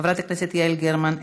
חברת הכנסת יעל גרמן,